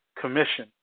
commission